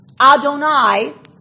Adonai